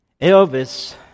Elvis